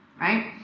right